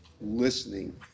listening